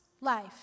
life